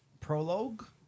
Prologue